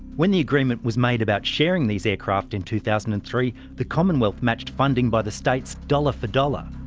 when the agreement was made about sharing these aircraft in two thousand and three, the commonwealth matched funding by the states dollar for dollar.